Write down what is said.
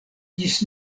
ĝis